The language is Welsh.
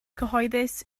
cyhoeddus